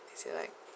is it like